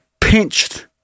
pinched